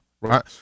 right